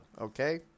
Okay